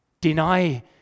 deny